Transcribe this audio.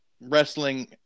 wrestling